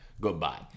Goodbye